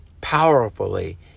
powerfully